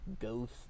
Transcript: ghost